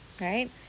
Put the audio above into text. right